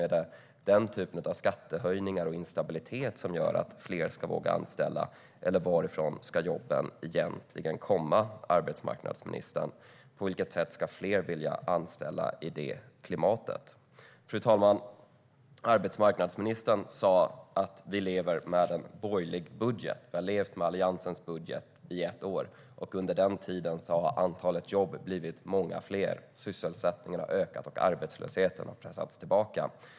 Är det den typen av skattehöjningar och instabilitet som gör att fler ska våga anställa, eller varifrån ska jobben egentligen komma, arbetsmarknadsministern? På vilket sätt ska fler vilja anställa i det klimatet? Fru talman! Arbetsmarknadsministern sa att de har levt med Alliansens budget i ett år. Under den tiden har antalet jobb blivit många fler. Sysselsättningen har ökat, och arbetslösheten har pressats tillbaka.